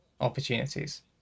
opportunities